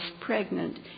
pregnant